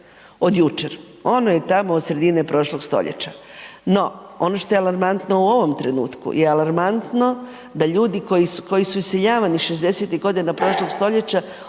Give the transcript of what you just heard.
od jučer. Ono je tamo od sredine prošloga stoljeća. No, ono što je alarmantno u ovom trenutku je alarmantno da ljudi koji su iseljavani 60-tih godina prošloga stoljeća